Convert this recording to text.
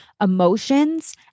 emotions